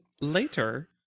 later